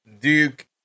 Duke